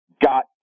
got